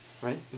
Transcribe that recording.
Right